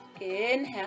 Inhale